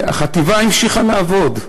החטיבה המשיכה לעבוד.